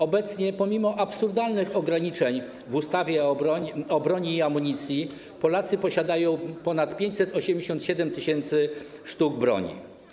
Obecnie pomimo absurdalnych ograniczeń w ustawie o broni i amunicji Polacy posiadają ponad 587 tys. sztuk broni.